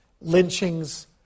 lynchings